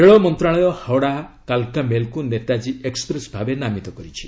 ରେଳ ମନ୍ତ୍ରଣାଳୟ ହାଓ୍ୱଡ଼ା କାଲ୍କା ମେଲ୍କୁ ନେତାଜୀ ଏକ୍ୱପ୍ରେସ୍ ଭାବେ ନାମିତ କରିଛି